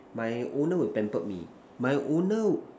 my owner will pamper me my owner